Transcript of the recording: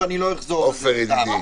ואני לא אחזור על זה סתם.